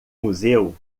museu